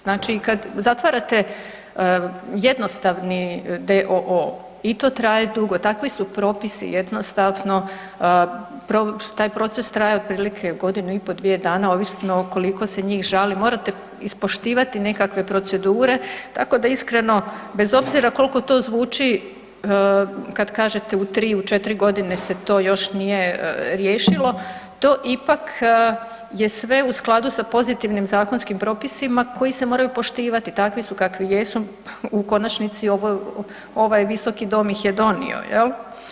Znači, i kad zatvarate jednostavni d.o.o., i to traje dugo, takvi su propisi, jednostavno taj proces traje otprilike godinu i pol, dvije dana ovisno koliko se njih žali, morate ispoštivati nekakve procedure, tako da iskreno bez obzira koliko to zvuči kad kažete u 3, 4 g. se to još nije riješilo, to ipak je sve u skladu sa pozitivnim zakonskim propisima koji se moraju poštivati, takvi su kakvi jesu, u konačnici ovaj Visoki dom ih je donio, jel.